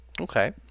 Okay